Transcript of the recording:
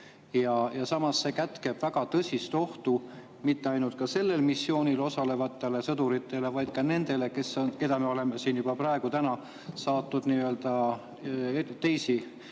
naljaasi. See kätkeb väga tõsist ohtu mitte ainult sellel missioonil osalevatele sõduritele, vaid ka nendele, keda me oleme juba täna saatnud täitma